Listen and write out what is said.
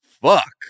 fuck